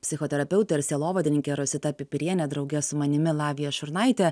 psichoterapeutė ir sielovadininkė rosita pipirienė drauge su manimi lavija šurnaite